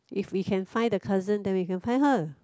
if we can find the cousin then we can find her